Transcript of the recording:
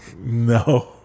No